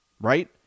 right